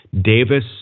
Davis